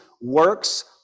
works